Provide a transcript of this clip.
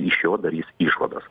iš jo darys išvadas